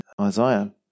Isaiah